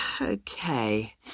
Okay